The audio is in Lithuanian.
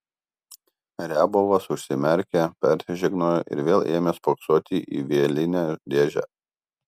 riabovas užsimerkė persižegnojo ir vėl ėmė spoksoti į vielinę dėžę